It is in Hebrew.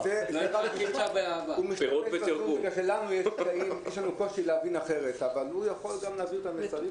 שם נפתחו כל המסגרות, גם כמובן מאתמול גני ילדים.